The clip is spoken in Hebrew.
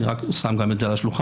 אני רק שם גם את זה על השולחן.